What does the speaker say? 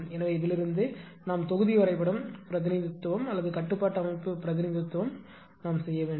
எனவே இதிலிருந்து நாம் தொகுதி வரைபடம் பிரதிநிதித்துவம் அல்லது கட்டுப்பாட்டு அமைப்பு பிரதிநிதித்துவம் செய்ய வேண்டும்